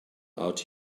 out